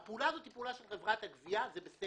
הפעולה הזאת היא פעולה של חברת הגבייה, זה בסדר.